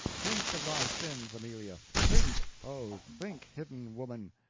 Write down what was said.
think of thy sins, amelia think, oh, think, hidden woman.